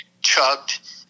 chugged